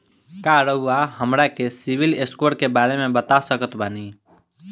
का रउआ हमरा के सिबिल स्कोर के बारे में बता सकत बानी?